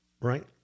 Right